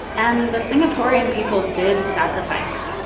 and the singaporean people did sacrifice,